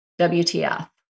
WTF